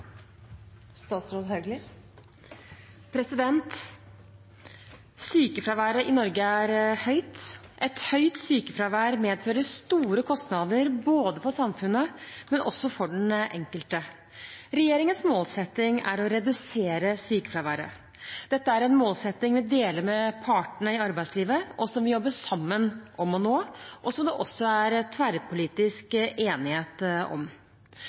høyt. Et høyt sykefravær medfører store kostnader både for samfunnet og for den enkelte. Regjeringens målsetting er å redusere sykefraværet. Dette en målsetting vi deler med partene i arbeidslivet, som vi jobber sammen om å nå, og som det også er tverrpolitisk enighet om.